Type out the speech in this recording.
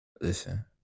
Listen